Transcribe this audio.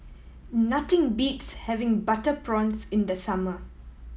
nothing beats having butter prawns in the summer